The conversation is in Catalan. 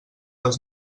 les